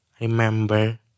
Remember